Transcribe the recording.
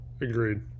Agreed